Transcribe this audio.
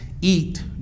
eat